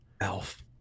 Elf